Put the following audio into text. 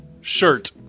Shirt